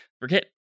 forget